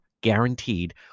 guaranteed